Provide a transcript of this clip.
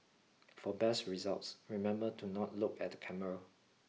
for best results remember to not look at the camera